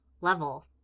level